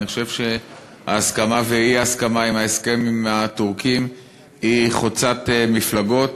אני חושב שההסכמה והאי-הסכמה להסכם עם הטורקים היא חוצת מפלגות.